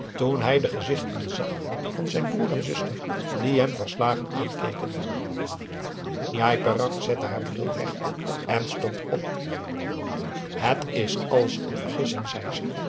hij de gezichten zag van zijn broer en zuster die hem verslagen aankeken njai peraq zette haar bril recht en stond op het is alles een vergissing zei ze